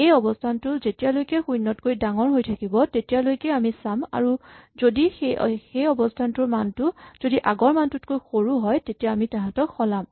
এই অৱস্হানটো যেতিয়ালৈকে শূণ্যতকৈ ডাঙৰ হৈ থাকিব তেতিয়ালৈকে আমি চাম যদি সেই অৱস্হানটোৰ মানটো যদি আগৰ মানটোতকৈ সৰু হয় তেতিয়া আমি তাহাঁতক সলাম